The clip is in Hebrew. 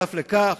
ונוסף על כך